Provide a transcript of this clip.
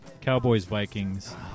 Cowboys-Vikings